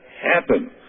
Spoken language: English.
happen